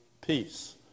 Peace